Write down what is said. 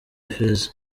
feza